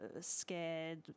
scared